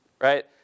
right